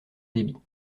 débit